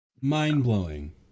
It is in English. mind-blowing